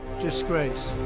disgrace